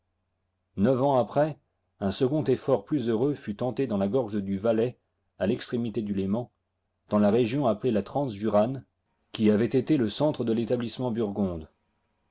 neuf ans après un second effort plus heureux fut tenté dans la gorge du valais à l'extrémité du léman dans la région appelée la transjurane qui avait été le centre de l'établissement burgonde